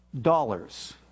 dollars